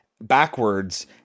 backwards